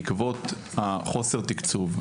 בעקבות חוסר התקצוב,